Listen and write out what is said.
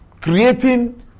creating